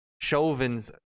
chauvin's